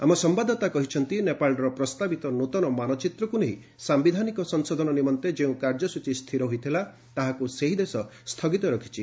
ଆମ ସମ୍ଭାଦଦାତା କହିଛନ୍ତି ନେପାଳର ପ୍ରସ୍ତାବିତ ନୂତନ ମାନଚିତ୍ରକୁ ନେଇ ସାୟିଧାନିକ ସଂଶୋଧନ ନିମନ୍ତେ ଯେଉଁ କାର୍ଯ୍ୟସୂଚୀ ସ୍ଥିର ହୋଇଥିଲା ତାହାକୁ ସେହି ଦେଶ ସ୍ଥଗିତ ରଖିଛି